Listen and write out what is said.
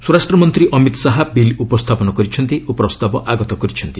ସ୍ୱରାଷ୍ଟ୍ରମନ୍ତ୍ରୀ ଅମିତ ଶାହା ବିଲ୍ ଉପସ୍ଥାପନ କରିଛନ୍ତି ଓ ପ୍ରସ୍ତାବ ଆଗତ କରିଛନ୍ତି